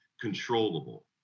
controllable